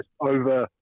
over